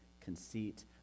conceit